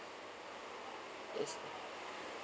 is